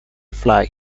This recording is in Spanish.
fly